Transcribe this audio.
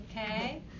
Okay